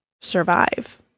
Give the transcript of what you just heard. survive